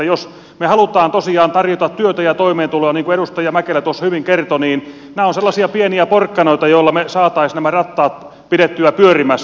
jos me haluamme tosiaan tarjota työtä ja toimeentuloa niin kuin edustaja mäkelä tuossa hyvin kertoi niin nämä ovat sellaisia pieniä porkkanoita joilla me saisimme nämä rattaat pidettyä pyörimässä